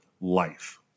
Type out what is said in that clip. Life